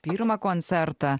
pirmą koncertą